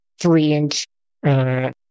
three-inch